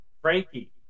Frankie